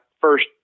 first